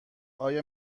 آیا